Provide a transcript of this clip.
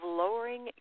lowering